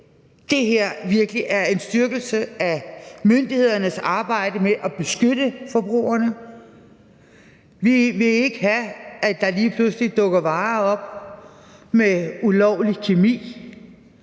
det her virkelig er en styrkelse af myndighedernes arbejde med at beskytte forbrugerne. Vi vil ikke have, at der lige pludselig dukker varer med ulovlig kemi